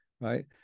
right